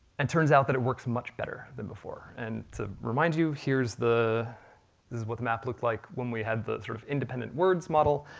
and turns out that it works much better than before. and to remind you, here's the. this is what the map looked like when we had the sort of independent words model,